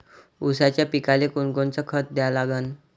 ऊसाच्या पिकाले कोनकोनचं खत द्या लागन?